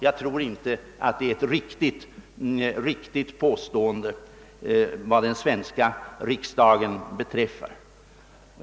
Jag tror inte att detta är ett riktigt påstående vad den svenska riksdagen beträffar.